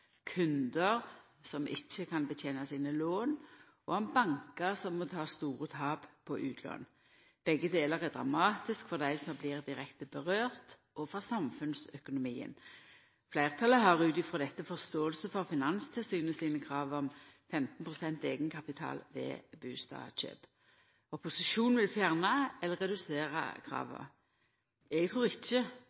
kundar som ikkje kan betena låna sine, og om bankar som må ta store tap på utlån. Begge delar er dramatisk for dei det direkte gjeld, og for samfunnsøkonomien. Fleirtalet har ut frå dette forståing for Finanstilsynet sine krav om 15 pst. eigenkapital ved bustadkjøp. Opposisjonen vil fjerna eller redusera krava. Eg trur ikkje